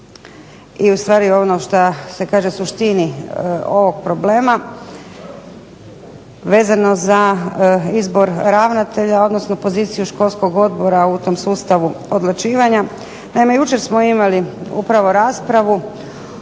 zakonu i ono što se kaže suštini ovog problema vezano za izbor ravnatelja odnosno poziciju školskog odbora u tom sustavu odlučivanja. Naime, jučer smo imali upravo raspravu